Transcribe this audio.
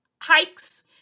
hikes